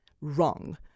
wrong